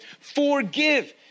forgive